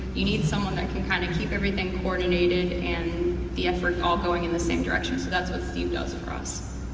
you need someone that can kind of keep everything coordinated and the effort all going in the same direction, so that's what steve does for us.